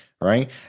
right